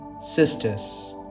sisters